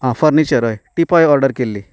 आं फर्निचर हय teapoy order केल्ली